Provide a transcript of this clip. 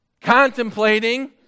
contemplating